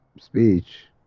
speech